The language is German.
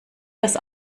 das